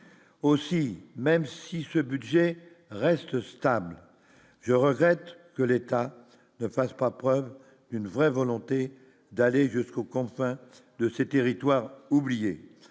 aussi, même si ce budget reste stable, je regrette que l'État ne fasse pas preuve d'une vraie volonté d'aller jusqu'aux confins de ces territoires oubliés